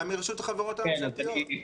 אתה מרשות החברות הממשלתיות.